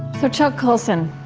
so, chuck colson,